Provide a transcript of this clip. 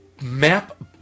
map